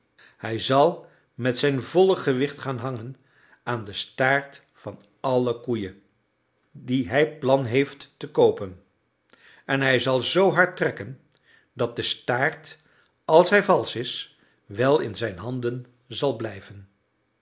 hij zal met zijn volle gewicht gaan hangen aan den staart van alle koeien die hij plan heeft te koopen en hij zal zoo hard trekken dat de staart als hij valsch is wel in zijn handen zal blijven